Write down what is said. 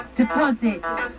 deposits